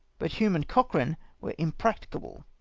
but hume and cochrane were imprac ticable,